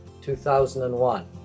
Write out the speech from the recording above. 2001